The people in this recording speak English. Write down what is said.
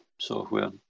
software